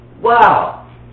Wow